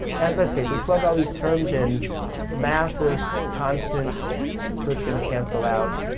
and let's see if we plug all these terms in the mass is constant so it's going to cancel out,